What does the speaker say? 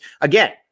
Again